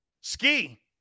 Ski